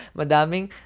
madaming